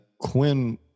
Quinn